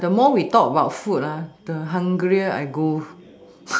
the more we talk about food the hungrier I go